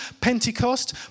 Pentecost